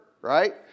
right